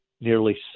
nearly